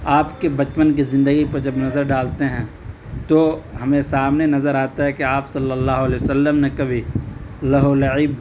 آپ کے بچپن کی زندگی پر جب نظر ڈالتے ہیں تو ہمیں سامنے نظر آتا ہے کہ آپ صلی اللّہ علیہ و سلّم نے کبھی لہو و لعب